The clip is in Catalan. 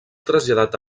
traslladat